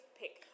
pick